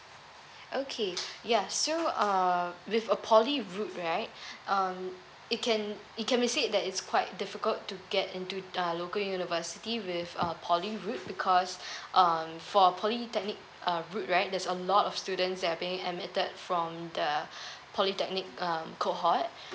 okay ya so uh with uh poly route right um it can it can be said that it's quite difficult to get into uh local university with uh poly route because um for polytechnic uh route right there's a lot of students there's being admitted from the polytechnic um cohort